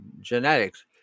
genetics